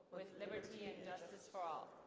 with liberty and justice for all.